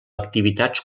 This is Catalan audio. activitats